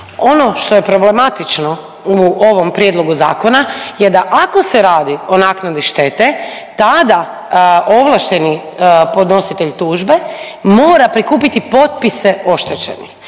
ono što je problematično u ovom Prijedlogu zakona je da ako se radi o naknadi štete, tada ovlašteni podnositelj tužbe mora prikupiti potpise oštećenih.